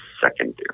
secondary